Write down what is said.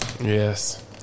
Yes